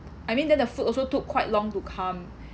I mean then the food also took quite long to come